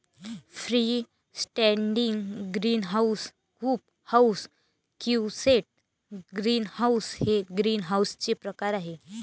free standing greenhouse, hoop house, quonset greenhouse हे ग्रीनहाऊसचे प्रकार आहे